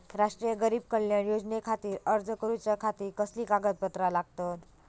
राष्ट्रीय गरीब कल्याण योजनेखातीर अर्ज करूच्या खाती कसली कागदपत्रा लागतत?